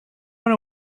went